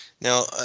Now